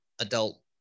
Adult